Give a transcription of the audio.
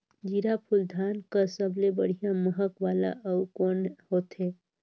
जीराफुल धान कस सबले बढ़िया महक वाला अउ कोन होथै?